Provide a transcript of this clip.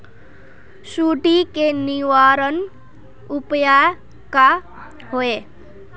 सुंडी के निवारण उपाय का होए?